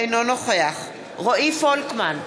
אינו נוכח רועי פולקמן,